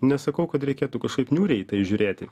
nesakau kad reikėtų kažkaip niūriai į tai žiūrėti